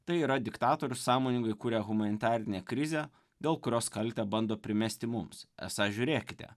tai yra diktatorius sąmoningai kuria humanitarinę krizę dėl kurios kaltę bando primesti mums esą žiūrėkite